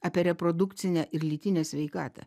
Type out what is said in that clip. apie reprodukcinę ir lytinę sveikatą